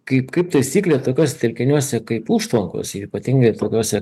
kaip kaip taisyklė tokiuos telkiniuose kaip užtvankos ypatingai tokiose